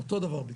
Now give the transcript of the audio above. בדיוק אותו הדבר.